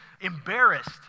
embarrassed